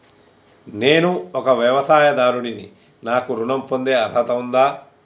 నేను ఒక వ్యవసాయదారుడిని నాకు ఋణం పొందే అర్హత ఉందా?